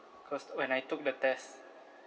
cause when I took the test